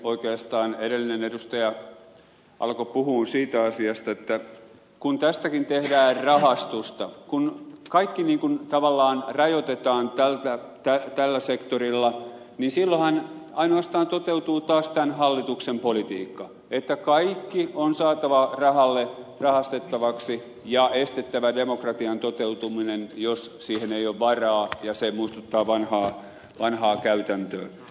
oikeastaan edellinen edustaja alkoi puhua siitä asiasta että kun tästäkin tehdään rahastusta kun kaikki niin kuin tavallaan rajoitetaan tällä sektorilla niin silloinhan ainoastaan toteutuu taas tämän hallituksen politiikka että kaikki on saatava rahastettavaksi ja estettävä demokratian toteutuminen jos siihen ei ole varaa ja se muistuttaa vanhaa käytäntöä